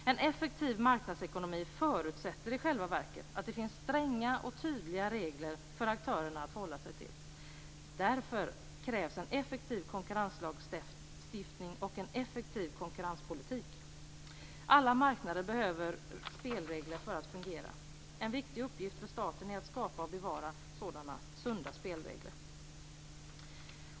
En effektiv marknadsekonomi förutsätter i själva verket att det finns stränga och tydliga regler för aktörerna att hålla sig till. Därför krävs en effektiv konkurrenslagstiftning och en effektiv konkurrenspolitik. Alla marknader behöver spelregler för att fungera. En viktig uppgift för staten är att skapa och bevara sådana sunda spelregler.